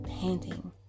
panting